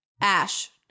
Ash